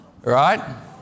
right